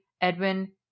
edwin